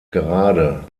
gerade